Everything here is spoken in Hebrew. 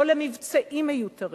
לא למבצעים מיותרים,